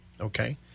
Okay